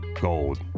gold